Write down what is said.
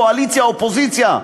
קואליציה אופוזיציה,